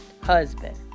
husband